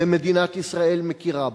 ומדינת ישראל מכירה בו.